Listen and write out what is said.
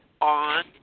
on